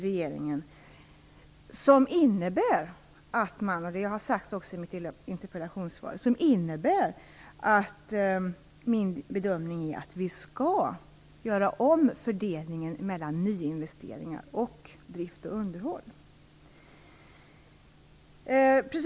Den kommer, som jag sagt i mitt interpellationssvar, enligt min bedömning att innebära att vi kommer att göra om fördelningen mellan dels nyinvesteringar, dels drift och underhåll.